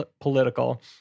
political